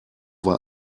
war